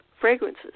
fragrances